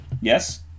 Yes